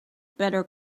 better